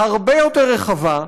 הרבה יותר רחבה,